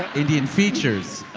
indian features.